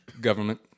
government